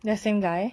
the same guy